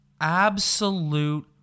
absolute